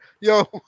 Yo